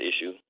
issue